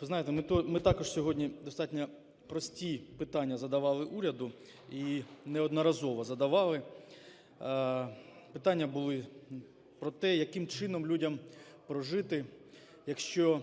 Ви знаєте, ми також сьогодні достатньо прості питання задавали уряду і неодноразово задавали. Питання були про те, яким чином людям прожити, якщо